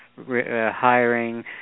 hiring